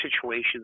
situations